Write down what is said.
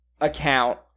Account